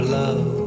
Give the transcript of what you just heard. love